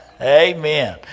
Amen